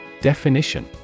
Definition